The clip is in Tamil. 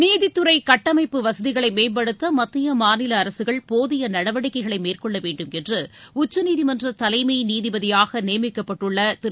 நீதித் துறை கட்டமைப்பு வசதிகளை மேம்படுத்த மத்திய மாநில அரசுகள் போதிய நடவடிக்கைகளை மேற்கொள்ள வேண்டும் என்று உச்சநீதிமன்ற தலைமை நீதிபதியாக நியமிக்கப்பட்டுள்ள திரு